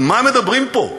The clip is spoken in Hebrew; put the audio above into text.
על מה מדברים פה?